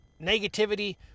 negativity